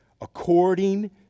according